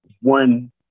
one